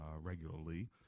regularly